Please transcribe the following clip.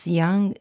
young